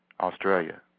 Australia